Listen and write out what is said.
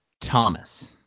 Thomas